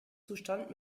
zustand